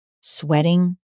sweating